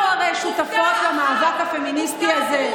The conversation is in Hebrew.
אנחנו הרי שותפות למאבק הפמיניסטי הזה.